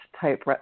type